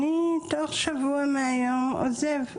תוך שבוע מהיום אני עוזב,